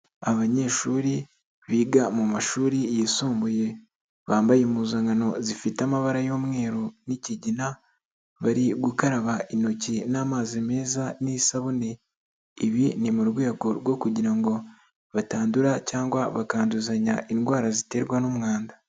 Abanyeshuri biga mu mashuri yisumbuye, bambaye impuzankano zifite amabara y'umweru n'kigina, bari gukaraba intoki n'amazi meza n'isabune, ibi ni mu rwego rwo kugira ngo batandura cyangwa bakanduzanya indwara ziterwa n'umwanda.